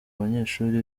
banyeshuri